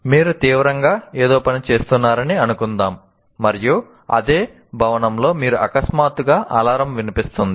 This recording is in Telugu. మీరు తీవ్రంగా ఏదో పని చేస్తున్నారని అనుకుందాం మరియు అదే భవనంలో మీకు అకస్మాత్తుగా అలారం వినిపిస్తుంది